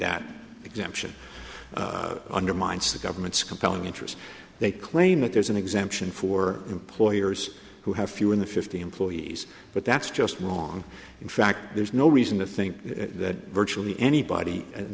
that exemption undermines the government's compelling interest they claim that there's an exemption for employers who have few in the fifty employees but that's just wrong in fact there's no reason to think that virtually anybody